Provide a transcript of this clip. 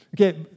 Okay